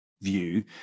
view